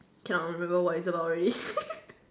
cannot remember what it's about already